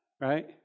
right